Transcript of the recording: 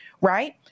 Right